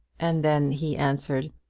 and then he answered